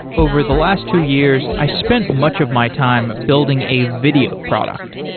over the last two years, i spent much of my time building a video product.